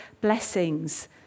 blessings